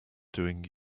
doing